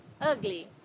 Ugly